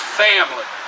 family